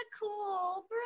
cool